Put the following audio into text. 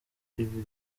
ibi